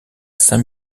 saint